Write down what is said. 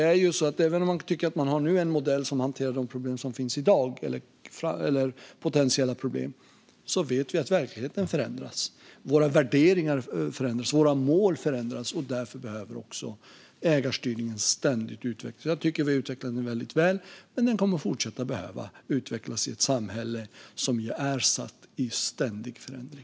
Även om man tycker att man nu har en modell som hanterar potentiella problem i dag vet vi att verkligheten förändras, och våra värderingar och mål förändras. Därför behöver också ägarstyrningen ständigt utvecklas. Jag tycker att vi har utvecklat den väldigt väl, men den kommer att fortsätta behöva utvecklas i ett samhälle som är satt i ständig förändring.